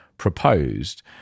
proposed